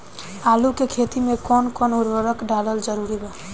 आलू के खेती मे कौन कौन उर्वरक डालल जरूरी बा?